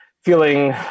feeling